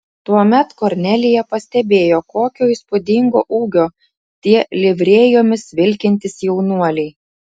tuomet kornelija pastebėjo kokio įspūdingo ūgio tie livrėjomis vilkintys jaunuoliai